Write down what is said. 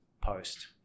post